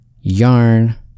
yarn